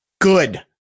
Good